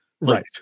Right